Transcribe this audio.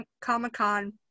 Comic-Con